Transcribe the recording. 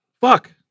Fuck